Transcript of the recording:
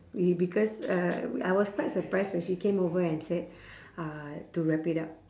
we because uh I was quite surprised when she came over and said uh to wrap it up